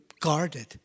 guarded